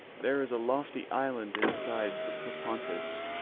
there is a lofty island inside the propontis,